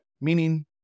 meaning